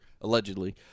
allegedly